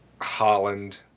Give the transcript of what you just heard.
Holland